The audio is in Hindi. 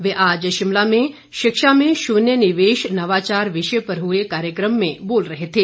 वे आज शिमला में शिक्षा में शून्य निवेश नवाचार विषय पर हुए कार्यक्रम में बोल रहे थे